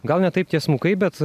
gal ne taip tiesmukai bet